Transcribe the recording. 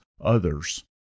others